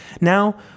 Now